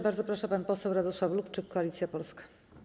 Bardzo proszę, pan poseł Radosław Lubczyk, Koalicja Polska.